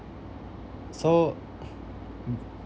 so uh mm